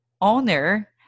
owner